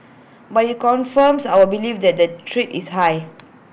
but IT confirms our belief that the threat is high